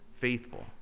faithful